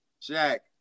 Jack